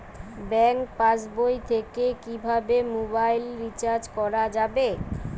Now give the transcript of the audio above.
Bank পাশবই থেকে কিভাবে মোবাইল রিচার্জ করা যাবে?